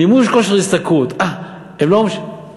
מימוש כושר השתכרות, אה, מימוש.